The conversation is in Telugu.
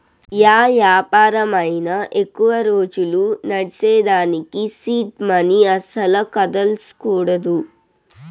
యా యాపారమైనా ఎక్కువ రోజులు నడ్సేదానికి సీడ్ మనీ అస్సల కదల్సకూడదు